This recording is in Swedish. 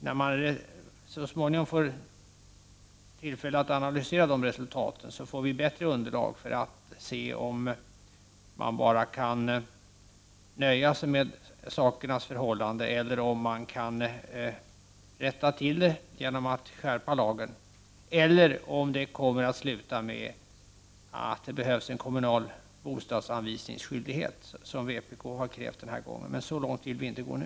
När vi så småningom får tillfälle att analysera det resultatet, har vi bättre underlag för att se om man bara kan nöja sig med sakernas tillstånd eller om man kan rätta till vad som brister genom att skärpa lagen eller om det kommer att sluta med att det behövs en kommunal bostadsanvisningsskyldighet, som vpk har krävt den här gången. Men så långt vill vi inte gå nu.